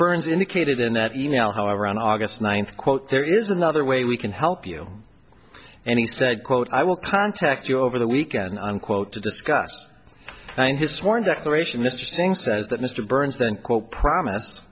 burns indicated in that e mail however on august ninth quote there is another way we can help you and he said quote i will contact you over the weekend unquote to discuss and in his sworn declaration mr singh says that mr burns then quote promise